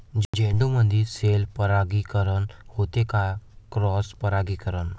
झेंडूमंदी सेल्फ परागीकरन होते का क्रॉस परागीकरन?